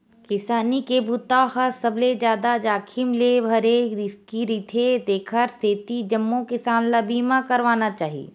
किसानी के बूता ह सबले जादा जाखिम ले भरे रिस्की रईथे तेखर सेती जम्मो किसान ल बीमा करवाना चाही